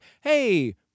hey